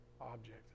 object